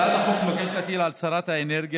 הצעת החוק מבקשת להטיל על שרת האנרגיה,